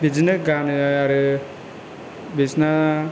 बिदिनो गानो आरो बिसोरना